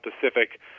Pacific